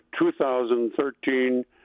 2013